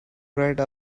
write